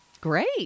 Great